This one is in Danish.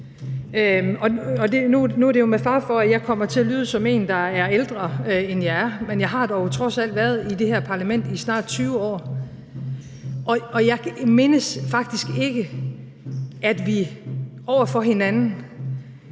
Nu er det jo med fare for, at jeg kommer til at lyde som en, der er ældre, end jeg er, men jeg har dog trods alt været i det her parlament i snart 20 år, og jeg mindes faktisk ikke, at vi over for hinanden